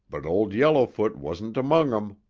but old yellowfoot wasn't among em,